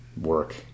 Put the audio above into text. work